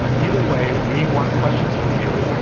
either way, we want questions from you.